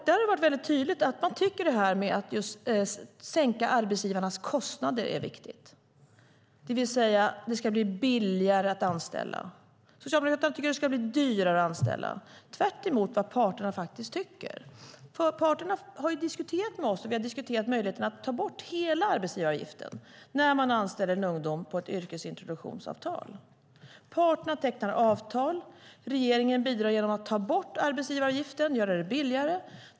Det har tydligt framkommit att en sänkning av arbetsgivarnas kostnader är viktig, det vill säga bli billigare att anställa. Socialdemokraterna tycker att det ska bli dyrare att anställa, tvärtemot vad parterna tycker. Parterna har diskuterat med oss möjligheten att ta bort hela arbetsgivaravgiften när man anställer en ungdom på ett yrkesintroduktionsavtal. Parterna tecknar avtal, och regeringen bidrar genom att ta bort arbetsgivaravgiften och göra det billigare att anställa.